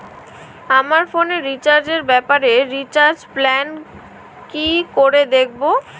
আমার ফোনে রিচার্জ এর ব্যাপারে রিচার্জ প্ল্যান কি করে দেখবো?